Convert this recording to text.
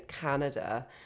Canada